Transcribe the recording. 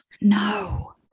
No